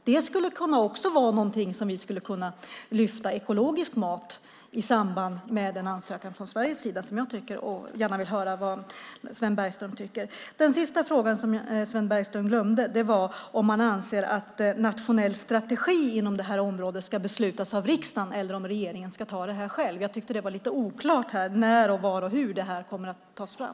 Det är något som vi också skulle kunna lyfta fram i samband med en ansökan från Sverige. Jag vill gärna höra vad Sven Bergström tycker om det. Den fråga som Sven Bergström glömde var om han anser att nationell strategi ska beslutas av riksdagen eller om regeringen ska ta det själv. Det var lite oklart när, var och hur detta kommer att tas fram.